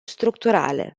structurale